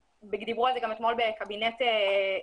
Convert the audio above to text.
ודיברו על זה גם אתמול בקבינט המומחים,